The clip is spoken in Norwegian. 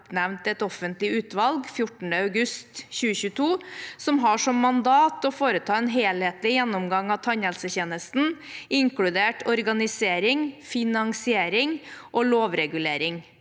et offentlig utvalg 14. august 2022 som har som mandat å foreta en helhetlig gjennomgang av tannhelsetjenesten – inkludert organisering, finansiering og lovregulering.